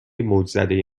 موجزده